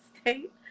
state